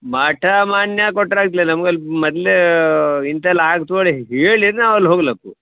ಮಠ ಮಾನ್ಯ ಕೊಟ್ರೆ ಆಗ್ತಿಲ್ಯಾ ನಮ್ಗೆ ಅಲ್ಲಿ ಮೊದ್ಲು ಇಂತೆಲ್ಲ ಆಗ್ತು ಹೇಳಿ ಹೇಳಿರೆ ನಾವು ಅಲ್ಲಿ ಹೋಗಲಕ್ಕು